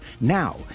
Now